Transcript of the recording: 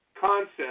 concept